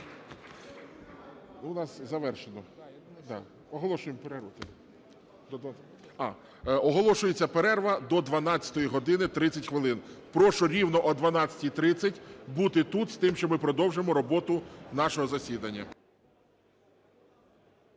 Івано-Франківська. Оголошується перерва до 12 години 30 хвилин. Прошу рівно о 12:30 бути тут з тим, що ми продовжимо роботу нашого засідання.